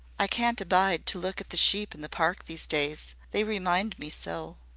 i can't abide to look at the sheep in the park these days. they remind me so.